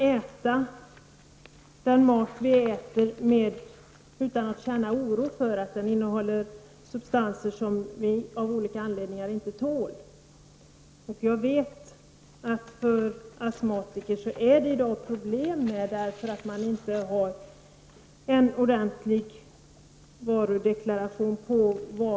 Vi måste också kunna äta maten utan att känna oro för att den kan innehålla substanser som vi av olika anledningar inte tål. Jag vet att astmatiker i dag har problem, därför att det inte finns en ordentlig varudeklaration.